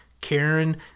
Karen